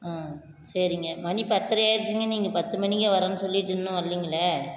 ம் சரிங்க மணி பத்தரை ஆயிடுச்சுங்க நீங்கள் பத்து மணிக்கே வரேன்னு சொல்லிவிட்டு இன்னும் வரல்லிங்களே